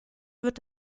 wird